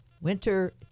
winter